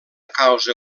causa